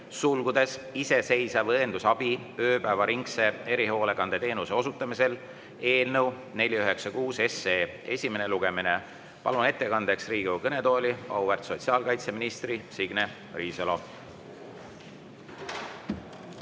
seaduse (iseseisev õendusabi ööpäevaringse erihooldusteenuse osutamisel) eelnõu 496 esimene lugemine. Palun ettekandeks Riigikogu kõnetooli auväärt sotsiaalkaitseministri Signe Riisalo.